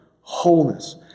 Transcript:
wholeness